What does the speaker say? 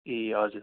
ए हजुर